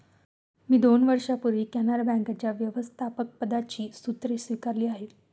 मी दोन वर्षांपूर्वी कॅनरा बँकेच्या व्यवस्थापकपदाची सूत्रे स्वीकारली आहेत